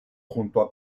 junto